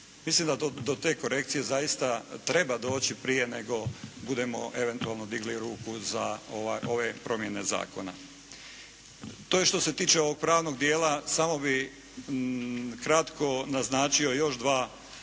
Mislim da to te korekcije zaista treba doći prije nego budemo eventualno digli ruku za ove promjene zakona. To je što se tiče ovog pravnog dijela. Samo bi kratko naznačio još dva, dvije